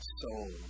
soul